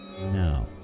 No